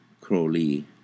Crowley